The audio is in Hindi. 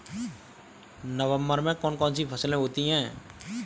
नवंबर में कौन कौन सी फसलें होती हैं?